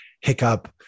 hiccup